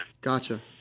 Gotcha